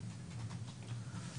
בבקשה.